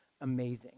amazing